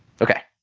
okay,